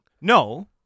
No